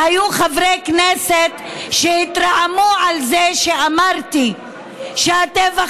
והיו חברי כנסת שהתרעמו על זה שאמרתי שהטבח,